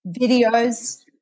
videos